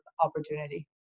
opportunity